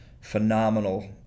phenomenal